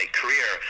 career